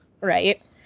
Right